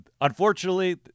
unfortunately